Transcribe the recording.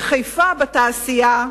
בחיפה, בתעשייה,